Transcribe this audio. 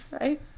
right